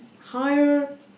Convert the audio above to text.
higher